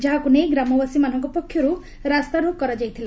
ଯାହାକୁ ନେଇ ଗ୍ରାମବାସୀମାନଙ୍କ ପକ୍ଷରୁ ରାସ୍ତାରୋକ କରାଯାଇଥିଲା